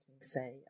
say